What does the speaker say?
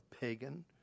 pagan